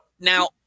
Now